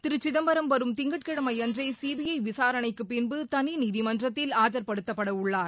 திரு சிதம்பரம் வரும் திங்கட்கிழமையன்றே சிபிஐ விசாரணைக்கு பின்பு தனி நீதிமன்றத்தில் ஆஜர்படுத்தப்படவுள்ளார்